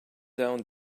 down